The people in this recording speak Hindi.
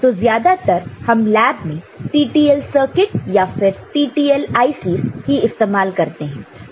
तो ज्यादातर हम लैब में TTL सर्किट या फिर TTL IC's ही इस्तेमाल करते हैं